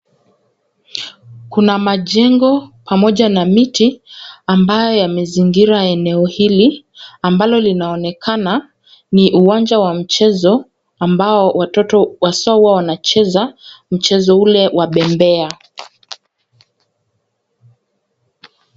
Kuna majengo pamoja na miti ambayo yamezingira eneo hili ambalo linaonekana ni uwanja wa mchezo ambao watoto haswa huwa wanacheza mchezo ule wa bembea.